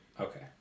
Okay